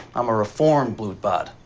i'm a reformed blutbad,